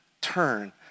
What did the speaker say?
turn